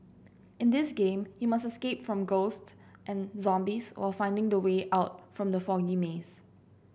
in this game you must escape from ghosts and zombies while finding the way out from the foggy maze